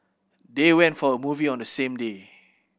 they went for a movie on the same day